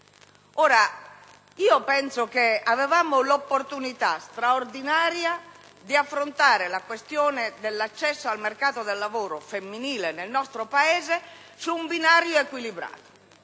di consultare? Avevamo l'opportunità straordinaria di affrontare la questione dell'accesso al mercato del lavoro femminile nel nostro Paese su un binario equilibrato,